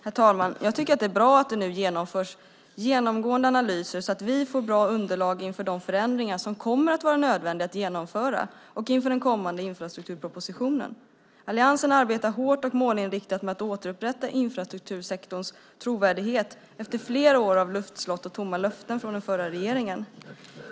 Herr talman! Jag tycker att det är bra att det nu genomförs genomgående analyser så att vi får bra underlag inför de förändringar som kommer att vara nödvändiga att genomföra och inför den kommande infrastrukturpropositionen. Alliansen arbetar hårt och målinriktat för att återupprätta infrastruktursektorns trovärdighet efter flera år av luftslott och tomma löften från den förra regeringen.